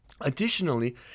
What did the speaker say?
additionally